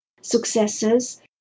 successes